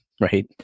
right